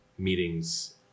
meetings